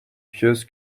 pieuse